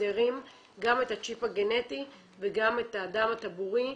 בהסדרים גם את הצ'יפ הגנטי וגם את הדם הטבורי.